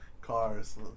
cars